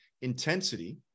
intensity